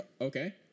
Okay